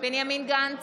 בנימין גנץ,